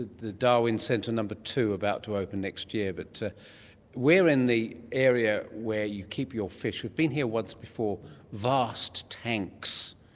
the darwin centre number two about to open next year. but we're in the area where you keep your fish. we've been here once before vast tanks.